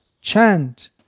chant